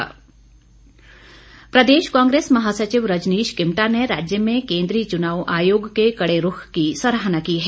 कांग्रेस प्रदेश कांग्रेस महासचिव रजनीश किमटा ने राज्य में केंद्रीय चुनाव आयोग के कड़े रूख की सराहनाकी है